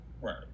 right